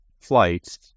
flights